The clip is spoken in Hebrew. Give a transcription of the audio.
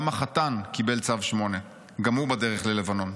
גם החתן קיבל צו 8. גם הוא בדרך ללבנון.